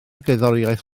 gerddoriaeth